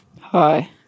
Hi